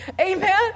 Amen